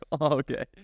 okay